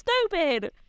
stupid